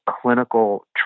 clinical